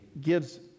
gives